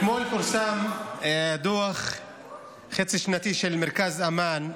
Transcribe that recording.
אתמול פורסם דוח חצי-שנתי של מרכז אמאן,